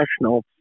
national